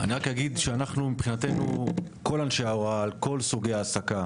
אני רק אגיד שכל אנשי ההוראה בכל סוגי ההעסקה